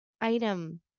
item